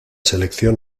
selección